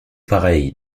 pareil